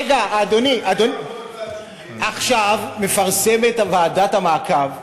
רגע, אדוני, עכשיו מפרסמת ועדת המעקב,